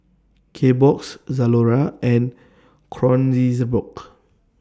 Kbox Zalora and Kronenbourg